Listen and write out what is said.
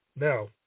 Now